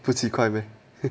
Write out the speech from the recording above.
不奇怪 meh